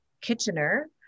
Kitchener